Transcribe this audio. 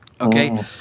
Okay